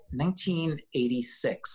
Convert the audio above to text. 1986